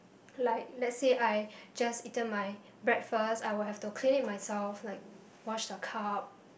like lets say I just eaten my breakfast I will have to clean it myself like was the cup